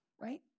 Right